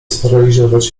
sparaliżować